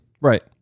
Right